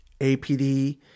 APD